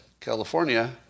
California